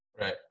right